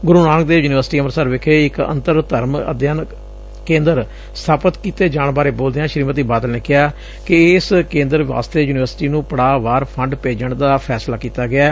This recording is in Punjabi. ਗੁਰੂ ਨਾਨਕ ਦੇਵ ਯੂਨੀਵਰਸਿਟੀ ਅੰਮ੍ਤਿਤਸਰ ਵਿਖੇ ਇੱਕ ਅੰਤਰ ਧਰਮ ਅਧਿਐਨ ਕੇਂਦਰ ਸਬਾਪਤ ਕੀਤੇ ਜਾਣ ਬਾਰੈ ਬੋਲਦਿਆਂ ਸ੍ਰੀਮਤੀ ਬਾਦਲ ਨੇ ਕਿਹਾ ਕਿ ਇਸ ਕੇਂਦਰ ਵਾਸਤੇ ਯੁਨੀਵਰਸਿਟੀ ਨੂੰ ਪੜਾਅ ਵਾਰ ਫੰਡ ਭੇਜਣ ਦਾ ਫੈਸਲਾ ਕੀਤਾ ਗਿਐ